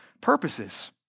purposes